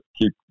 keep